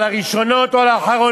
על הראשונות או על האחרונות?